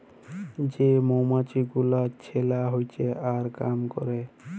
যে মমাছি গুলা ছেলা হচ্যে আর কাম ক্যরে